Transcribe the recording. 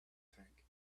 tank